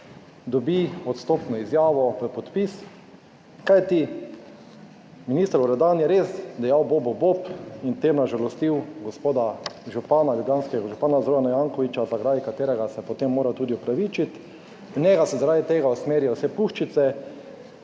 dobi odstopno izjavo v podpis, kajti minister Loredan je res dejal bobu bob in v tem na žalostil gospoda župana, ljubljanskega župana Zorana Jankovića, zaradi katerega se je potem moral tudi opravičiti, v njega se zaradi tega usmerijo vse puščice,